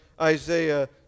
Isaiah